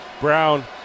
Brown